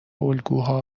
الگوها